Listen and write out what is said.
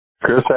Chris